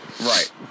Right